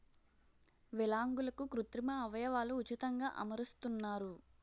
విలాంగులకు కృత్రిమ అవయవాలు ఉచితంగా అమరుస్తున్నారు